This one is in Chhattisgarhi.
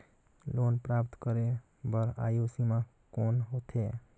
लोन प्राप्त करे बर आयु सीमा कौन होथे?